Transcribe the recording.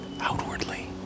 outwardly